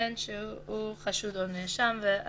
בין שהוא חשוד או נאשם, (3)